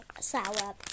sour